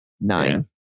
Nine